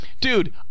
dude